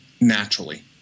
naturally